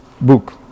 book